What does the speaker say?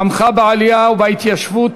תמכה בעלייה ובהתיישבות,